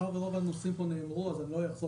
מאחר שרוב הנושאים פה נאמרו אז אני לא אחזור.